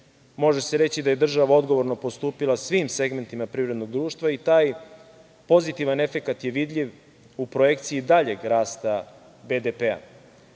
može se reći da je država odgovorno postupila svim segmentima privrednog društva i taj pozitivan efekat je vidljiv u projekciji daljeg rasta BDP-a.